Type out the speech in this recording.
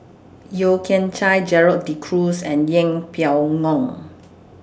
Yeo Kian Chye Gerald De Cruz and Yeng Pway Ngon